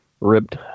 ripped